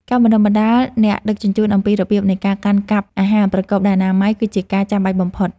ការបណ្ដុះបណ្ដាលអ្នកដឹកជញ្ជូនអំពីរបៀបនៃការកាន់កាប់អាហារប្រកបដោយអនាម័យគឺជាការចាំបាច់បំផុត។